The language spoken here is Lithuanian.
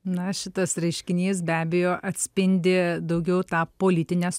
na šitas reiškinys be abejo atspindi daugiau tą politines